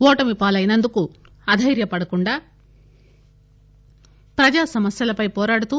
ఓటమి పాలైనందుకు అదైర్య పడకుండా ప్రజా సమస్యలపై పోరాడుతూ